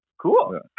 Cool